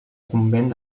convent